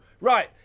right